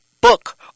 book